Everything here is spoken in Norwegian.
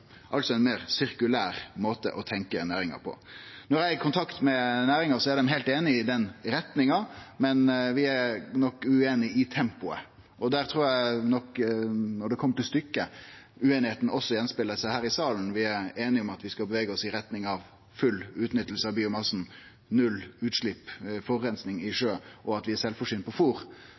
altså ein meir sirkulær måte å sjå næringa på. Når eg er i kontakt med næringa, er dei heilt einige i den retninga, men vi er nok ueinige i tempoet. Der trur eg nok, når det kjem til stykket, at ueinigheita også speglar seg att her i salen. Vi er einige om at vi skal bevege oss i retning av full utnytting av biomassen, null utslepp av forureining i sjøen og